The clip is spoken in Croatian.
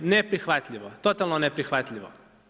Neprihvatljivo, totalno neprihvatljivo!